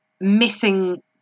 missing